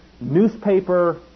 newspaper